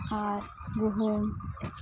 ᱟᱨ ᱜᱩᱦᱩᱢ